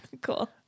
Cool